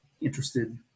interested